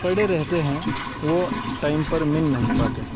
پڑے رہتے ہیں وہ ٹائم پر مل نہیں پاتے